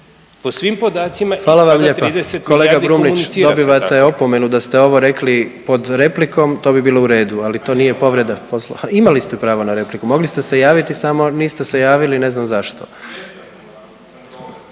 **Jandroković, Gordan (HDZ)** Kolega Brumnić dobivate opomenu da ste ovo rekli pod replikom to bi bilo u redu, ali to nije povreda …/Upadica se ne razumije./… imali ste pravo na repliku, mogli ste se javiti samo niste se javili ne znam zašto.